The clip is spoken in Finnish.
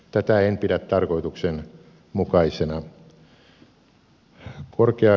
tätä en pidä tarkoituksenmukaisena